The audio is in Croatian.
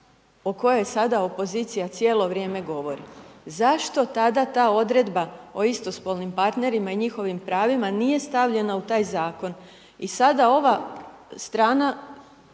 o kojoj sada opozicija cijelo vrijeme govori. Zašto tada ta odredba o istospolnim partnerima i njihovim pravima, nije stavljena u taj Zakon, i sada ova strana,